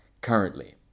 currently